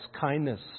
kindness